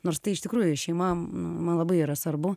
nors tai iš tikrųjų šeima man labai yra svarbu